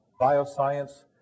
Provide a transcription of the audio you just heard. bioscience